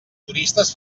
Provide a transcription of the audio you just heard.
turistes